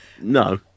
No